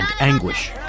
anguish